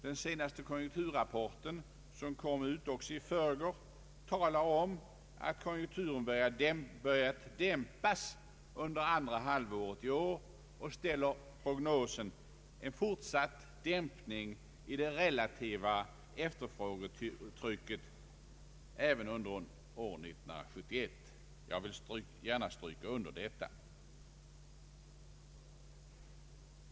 Den senaste konjunkturrapporten — som också kom ut i förrgår — talar om att konjunkturen börjat dämpas under andra halvåret i år och ställer prognosen: en fortsatt dämpning i det relativa efterfrågetrycket även under år 1971 — jag vill gärna stryka under detta.